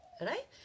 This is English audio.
right